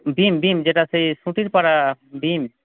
ডিম ডিম যেটা সে সুতির পাড়া ডিম